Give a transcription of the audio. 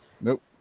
nope